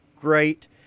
great